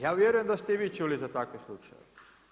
Ja vjerujem da ste i vi čuli za ovakve slučajeve.